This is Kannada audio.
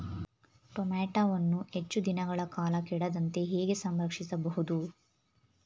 ಟೋಮ್ಯಾಟೋವನ್ನು ಹೆಚ್ಚು ದಿನಗಳ ಕಾಲ ಕೆಡದಂತೆ ಹೇಗೆ ಸಂರಕ್ಷಿಸಬಹುದು?